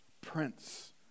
Prince